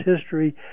history